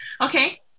Okay